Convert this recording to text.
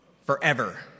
forever